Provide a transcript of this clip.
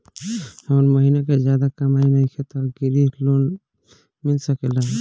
हमर महीना के ज्यादा कमाई नईखे त ग्रिहऽ लोन मिल सकेला?